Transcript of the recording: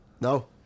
No